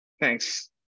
Thanks